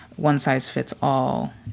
one-size-fits-all